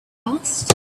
asked